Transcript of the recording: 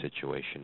situation